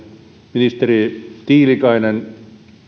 ministeri tiilikainen